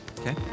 Okay